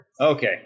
Okay